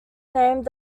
named